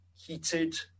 heated